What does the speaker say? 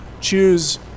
Choose